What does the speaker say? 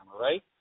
right